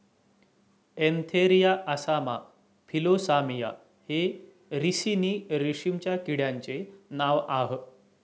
Antheraea assama Philosamia हे ricini रेशीमच्या किड्यांचे नाव आह